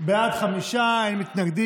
ההצעה להעביר